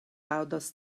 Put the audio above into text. aŭdos